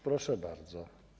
Proszę bardzo.